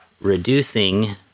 reducing